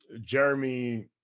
Jeremy